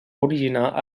originar